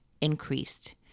increased